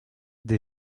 des